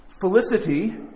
Felicity